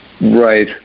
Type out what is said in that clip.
Right